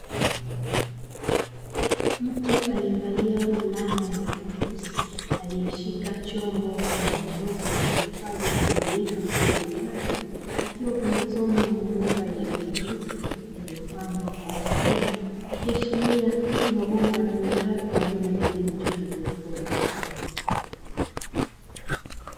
Mtu aliyevalia fulana yenye shika chombo mfano wa ndege nilichohifadhi ya maji akiwa pembezoni mwa bomba ni rangi nyeupe iliyopangwa kwa ustadi ikiashiria ni mabomba tumekaa kwa ajili ya kilimo cha haiponi.